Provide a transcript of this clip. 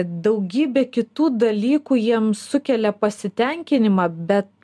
daugybė kitų dalykų jiem sukelia pasitenkinimą bet